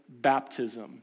baptism